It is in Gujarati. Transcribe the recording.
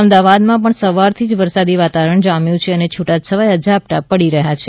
અમદાવાદમાં પણ સવારથી વરસાદી વાતાવરણ જામ્યું છે અને છૂટછવાયા ઝાપટાં પડી રહ્યા છે